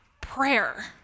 prayer